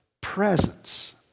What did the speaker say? presence